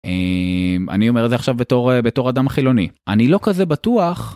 אני אומר זה עכשיו בתור בתור אדם חילוני, אני לא כזה בטוח